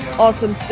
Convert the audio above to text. awesome